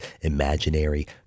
imaginary